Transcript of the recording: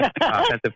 offensive